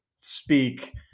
speak